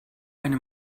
eine